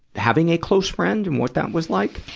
having a close friend and what that was like?